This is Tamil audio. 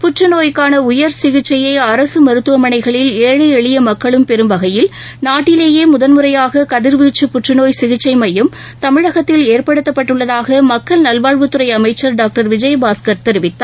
புற்று நோய்க்கான உயர் சிகிச்சையை அரசு மருத்துவமனைகளில் ஏழை எளிய மக்களும் பெரும் வகையில் நாட்டிலேயே முதல் முறையாக கதிர்வீச்சு புற்றுநோய் சிகிச்சை மையம் தமிழகத்தில் ஏற்படுத்தப்பட்டுள்ளதாக மக்கள் நல்வாழ்வுத் துறை அமைச்சர் டாக்டர் விஜயபாஸ்கர் தெரிவித்தார்